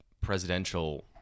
presidential